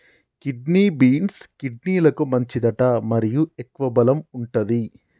kidney beans, కిడ్నీలకు మంచిదట మరియు ఎక్కువ బలం వుంటది